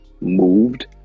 moved